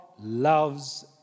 loves